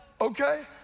Okay